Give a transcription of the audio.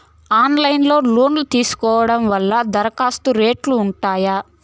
Online లో loan తీసుకోవడం వల్ల దరఖాస్తు రేట్లు ఉంటాయా?